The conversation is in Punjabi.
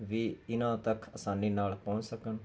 ਵੀ ਇਨ੍ਹਾਂ ਤੱਕ ਆਸਾਨੀ ਨਾਲ ਪਹੁੰਚ ਸਕਣ